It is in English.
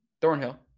Thornhill